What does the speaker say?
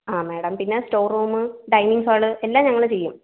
ആ മേഡം പിന്നെ store room dining hall എല്ലാം ഞങ്ങൾ ചെയ്യും